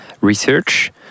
research